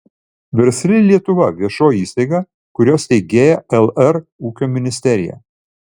versli lietuva viešoji įstaiga kurios steigėja lr ūkio ministerija